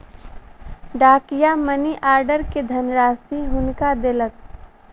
डाकिया money order के धनराशि हुनका देलक